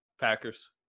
Packers